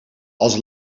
als